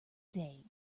day